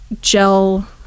gel